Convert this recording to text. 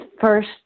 first